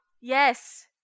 yes